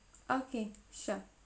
okay sure